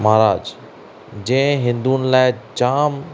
महाराज जंहिं हिंदुअनि लाइ जाम